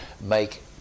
make